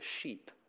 sheep